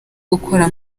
gukora